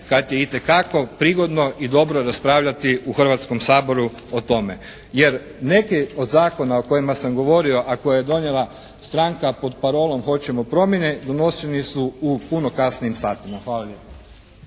kad je itekako prigodno i dobro raspravljati u Hrvatskom saboru o tome jer neki od zakona o kojima sam govorio a koje je donijela stranka pod parolom "Hoćemo promjene" donošeni su u puno kasnijim satima. Hvala